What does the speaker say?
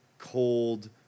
cold